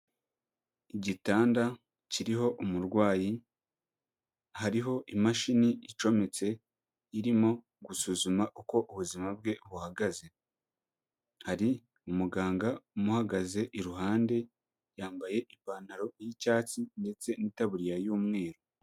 Igitanda kiriho umurwayi, hariho imashini icometse irimo gusuzuma uko ubuzima bwe buhagaze, hari umuganga umuhagaze iruhande, yambaye ipantaro y'icyatsi ndetse n'itaburiya y'umweru.